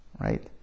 right